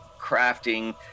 crafting